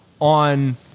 on